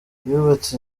yubatse